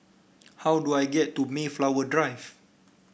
how do I get to Mayflower Drive